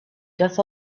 doth